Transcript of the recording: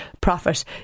profit